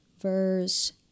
verse